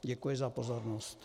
Děkuji za pozornost.